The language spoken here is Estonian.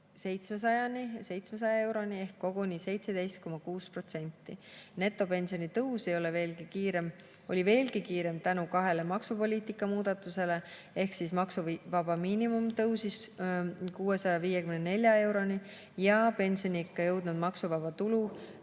700 euroni ehk koguni 17,6%. Netopensioni tõus oli veelgi kiirem tänu kahele maksupoliitika muudatusele ehk siis maksuvaba miinimum tõusis 654 euroni ja pensioniikka jõudnute maksuvaba tulu